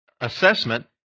assessment